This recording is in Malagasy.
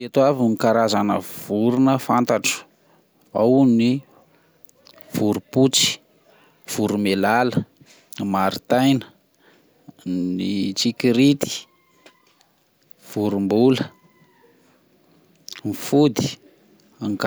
Ireto avy ny karazana vorona fantatro: ao ny vorom-potsy, voromailala, martaina ,ny tsikirity, vorombola, ny fody.